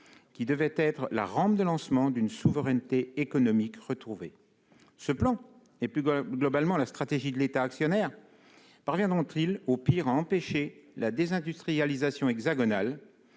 qui devait être la rampe de lancement d'une souveraineté économique retrouvée ... Ce plan, et plus globalement la stratégie de l'État actionnaire, parviendront-ils, au pire, à empêcher la désindustrialisation hexagonale,